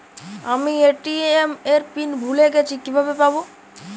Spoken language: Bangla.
আমি এ.টি.এম এর পিন ভুলে গেছি কিভাবে পাবো?